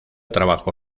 trabajó